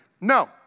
No